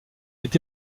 est